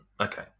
okay